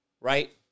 right